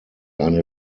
eine